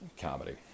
comedy